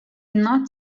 not